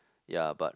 ya but